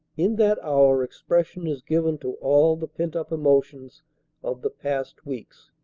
in that hour expression is given to all the pent-up emotions of the past weeks.